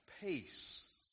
peace